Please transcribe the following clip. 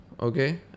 okay